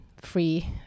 free